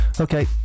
Okay